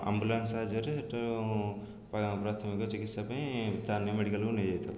ambulance ସାହାଯ୍ୟରେ ସେଇଠୁ ପ୍ରାଥମିକ ଚିକିତ୍ସା ପାଇଁ ସ୍ଥାନୀୟ ମେଡ଼ିକାଲ୍କୁ ନେଇଯାଇଥାଉ